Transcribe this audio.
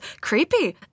Creepy